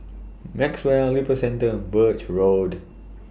Maxwell Lippo Centre Birch Road